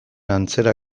antzera